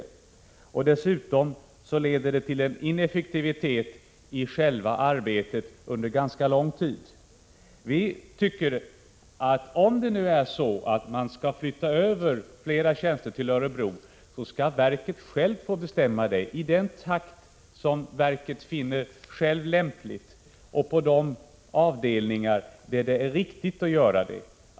Dessutom leder det till ineffektivitet i själva arbetet under ganska lång tid. Vi tycker att om fler tjänster skall flyttas över till Örebro skall verket självt få bestämma det, i den takt verket finner det lämpligt och på de avdelningar där det är rätt att göra det.